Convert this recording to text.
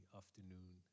afternoon